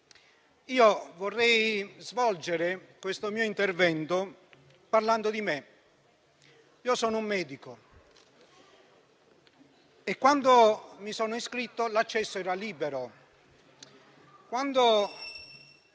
vorrei svolgere questo mio intervento parlando di me. Sono un medico e quando mi sono iscritto l'accesso era libero.